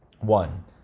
One